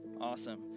Awesome